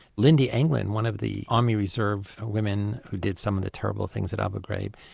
lynndie england, one of the army reserve women who did some of the terrible things at abu ghraib,